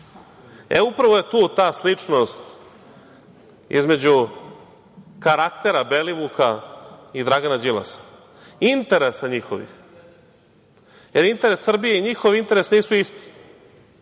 upravo je tu ta sličnost između karaktera Belivuka i Dragana Đilasa, interesa njihovih. Jer, interes Srbije i njihov interes nisu isti.